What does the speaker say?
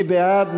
מי בעד?